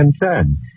concern